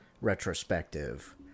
retrospective